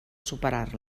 superar